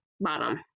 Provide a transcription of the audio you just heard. bottom